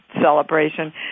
celebration